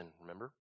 remember